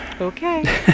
Okay